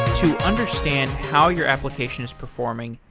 to understand how your application is performing,